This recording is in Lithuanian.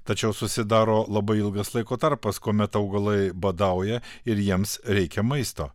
tačiau susidaro labai ilgas laiko tarpas kuomet augalai badauja ir jiems reikia maisto